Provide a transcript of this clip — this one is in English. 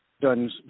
done